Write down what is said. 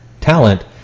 talent